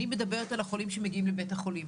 אני מדברת על החולים שמגיעים לבית החולים,